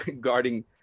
guarding